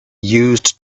used